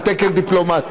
על תקן דיפלומט.